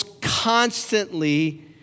constantly